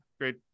great